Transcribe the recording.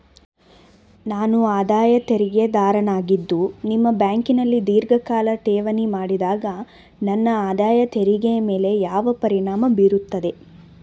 ನಾನು ಆದಾಯ ತೆರಿಗೆದಾರನಾಗಿದ್ದು ನಿಮ್ಮ ಬ್ಯಾಂಕಿನಲ್ಲಿ ಧೀರ್ಘಕಾಲ ಠೇವಣಿ ಮಾಡಿದಾಗ ನನ್ನ ಆದಾಯ ತೆರಿಗೆ ಮೇಲೆ ಯಾವ ಪರಿಣಾಮ ಬೀರುತ್ತದೆ?